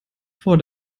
vor